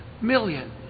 million